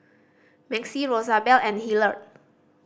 Maxie Rosabelle and Hillard